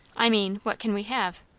i mean, what can we have?